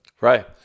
Right